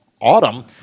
autumn